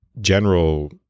general